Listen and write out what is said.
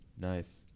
Nice